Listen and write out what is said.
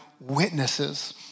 witnesses